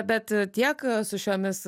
bet tiek su šiomis